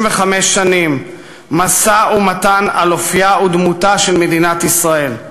שנים משא-ומתן על אופייה ודמותה של מדינת ישראל,